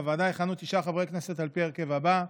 בוועדה יכהנו תשעה חברי כנסת על פי ההרכב הבא: